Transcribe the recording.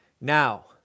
Now